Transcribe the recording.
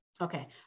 Okay